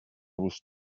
was